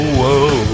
whoa